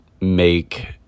make